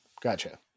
gotcha